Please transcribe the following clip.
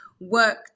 work